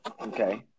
Okay